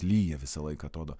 lyja visą laiką atrodo